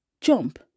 jump